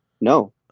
No